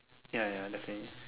ya ya definitely